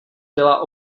byla